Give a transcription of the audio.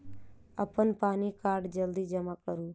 अप्पन पानि कार्ड जल्दी जमा करू?